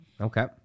okay